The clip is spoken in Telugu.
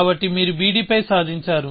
కాబట్టి మీరు bd పై సాధించారు